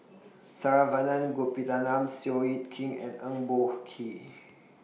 Saravanan Gopinathan Seow Yit Kin and Eng Boh Kee